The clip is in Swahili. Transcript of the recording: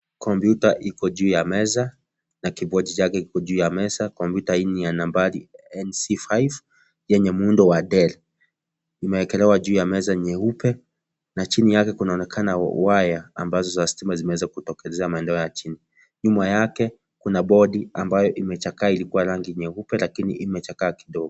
Kompyuta iko juu ya meza na kibodi yake iko juu ya meza. Kompyuta hii ni ya nambari NC5 yenye muundo wa Dell, imewekelewa juu ya meza nyeupe na chini yake kunaonekana waya ambazo za stima zimweza kutokelezea maeneo ya chini. Nyuma yake kuna bodi ambayo imechakaa ilikuwa rangi nyeupe lakini imechakaa kidogo.